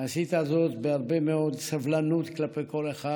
ועשית זאת בהרבה מאוד סבלנות כלפי כל אחד,